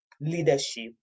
leadership